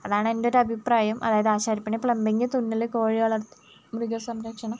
അതാണ് എൻ്റെ ഒരു അഭിപ്രായം അതായത് ആശാരിപ്പണി പ്ലംബിംഗ് തുന്നൽ കോഴി മൃഗസംരക്ഷണം